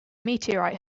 meteorite